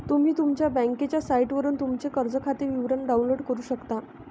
तुम्ही तुमच्या बँकेच्या साइटवरून तुमचे कर्ज खाते विवरण डाउनलोड करू शकता